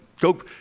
go